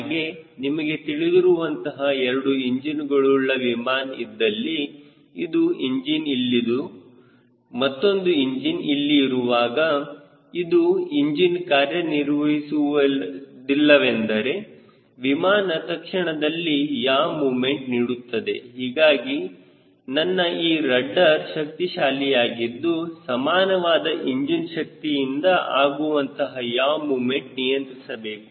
ಹಾಗೆ ನಿಮಗೆ ತಿಳಿದಿರುವಂತಹ ಎರಡು ಇಂಜಿನ್ಗಳುಳ್ಳ ವಿಮಾನವು ಇದ್ದಲ್ಲಿ ಒಂದು ಇಂಜಿನ್ಇಲ್ಲಿದ್ದು ಮತ್ತೊಂದು ಇಂಜಿನ್ ಇಲ್ಲಿ ಇರುವಾಗ ಒಂದು ಇಂಜಿನ್ ಕಾರ್ಯನಿರ್ವಹಿಸಲಿಲ್ಲವೆಂದರೆ ವಿಮಾನ ತಕ್ಷಣದಲ್ಲಿ ಯಾ ಮೊಮೆಂಟ್ ನೀಡುತ್ತದೆ ಹೀಗಾಗಿ ನನ್ನಈ ರಡ್ಡರ್ ಶಕ್ತಿಶಾಲಿಯಾಗಿದ್ದು ಸಮಾನವಾದ ಇಂಜಿನ್ ಶಕ್ತಿಯಿಂದ ಆಗುವಂತಹ ಯಾ ಮೊಮೆಂಟ್ ನಿಯಂತ್ರಿಸಬೇಕು